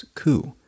coup